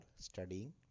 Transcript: studying